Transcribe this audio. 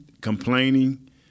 complaining